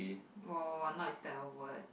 oh is that a word